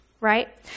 right